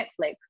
Netflix